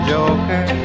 Joker